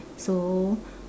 so